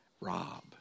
Rob